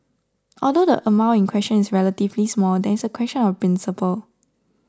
although the amount in question is relatively small there is a question of principle